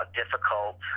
difficult